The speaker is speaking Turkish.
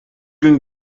gün